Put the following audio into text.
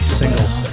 singles